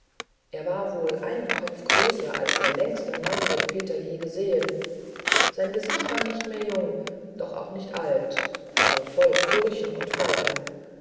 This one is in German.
er war wohl einen kopf größer als der längste mann den peter je gesehen sein gesicht war nicht mehr jung doch auch nicht alt aber voll furchen und falten